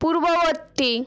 পূর্ববর্তী